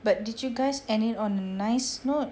but did you guys end it on a nice note